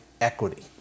equity